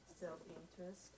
self-interest